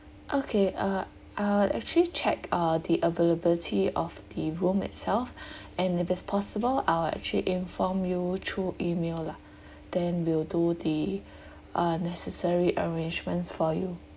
okay uh uh actually check uh the availability of the room itself and if it's possible I will actually inform you through email lah then we'll do the uh necessary arrangements for you